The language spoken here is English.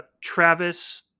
Travis